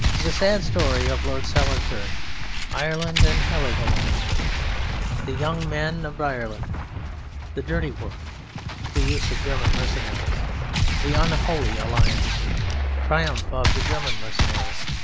the sad story of lord salisbury ireland and heligoland the young men of ireland the dirty work the use of german mercenaries the unholy alliance triumph of the german mercenaries.